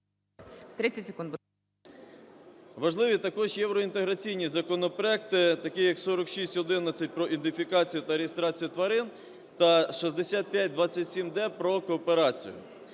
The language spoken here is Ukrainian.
С.П. Важливі також євроінтеграційні законопроекти, такі як: 4611 – про ідентифікацію та реєстрацію тварин та 6527-д – про кооперацію.